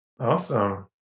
Awesome